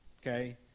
okay